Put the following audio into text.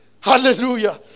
Hallelujah